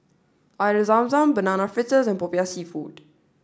Air Zam Zam Banana Fritters and Popiah Seafood